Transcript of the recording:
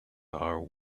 are